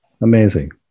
Amazing